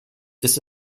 ist